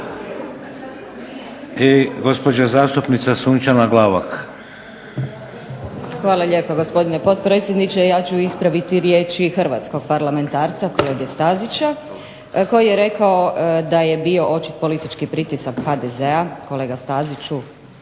**Glavak, Sunčana (HDZ)** Hvala lijepa gospodine potpredsjedniče. Ja ću ispraviti riječi hrvatskog parlamentarca kolege Stazića koji je rekao da je bio očit politički pritisak HDZ-a. Kolega Staziću